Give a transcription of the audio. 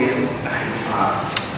הוא ייתן לך פתק הביתה.